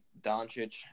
Doncic